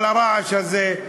על הרעש הזה,